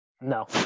no